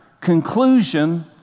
conclusion